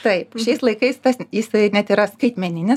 taip šiais laikais tas net yra skaitmeninis